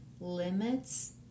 limits